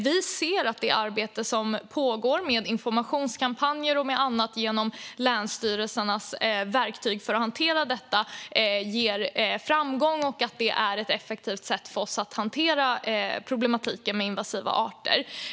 Vi ser att det arbete som pågår med informationskampanjer och annat genom länsstyrelsernas verktyg för att hantera detta ger framgång och är ett effektivt sätt för oss att hantera problematiken med invasiva arter.